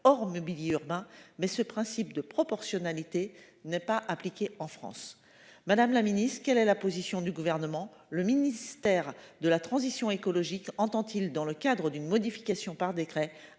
or mobilier urbain mais ce principe de proportionnalité n'est pas appliquée en France. Madame la Ministre, quelle est la position du gouvernement, le ministère de la transition écologique entend-il dans le cadre d'une modification par décret